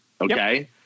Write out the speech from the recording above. okay